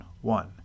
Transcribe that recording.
one